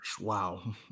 Wow